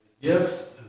gifts